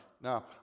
Now